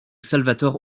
salvatore